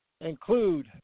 include